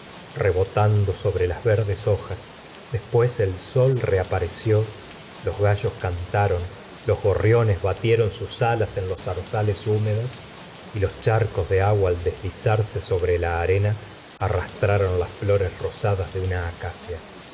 rebotando sobre las verdes hojas después el sol reapareció los gallos cantaron los gorriones batieron sus alas en los zarzales hémedos y los charcos de agua al deslizarse sobre la arena arrastraron las flores rosadas de una acacia